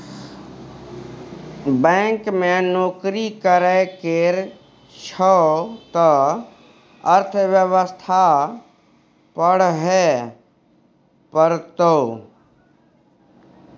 bank मे नौकरी करय केर छौ त अर्थव्यवस्था पढ़हे परतौ